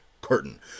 curtain